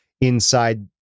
inside